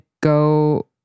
go